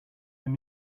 lend